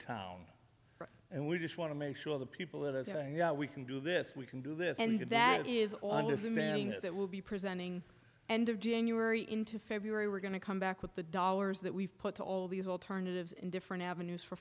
town and we just want to make sure the people that are saying we can do this we can do this and that is all i'm listening to that will be presenting end of january into february we're going to come back with the dollars that we've put to all these alternatives and different avenues for